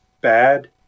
bad